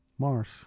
Mars